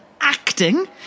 acting